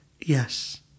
yes